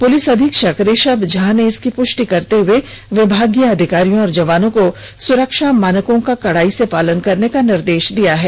police अधीक्षक ऋषभ झा ने इसकी पुष्टि करने हुए विभागीय अधिकारियों और जवानों को सुरक्षा मानकों का कड़ाई से पालन करने का निर्देश दिया है